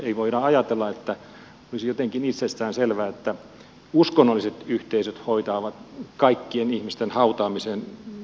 ei voida ajatella että olisi jotenkin itsestään selvää että uskonnolliset yhteisöt hoitavat kaikkien ihmisten hautaamisen